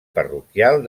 parroquial